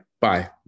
bye